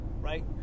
right